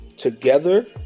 Together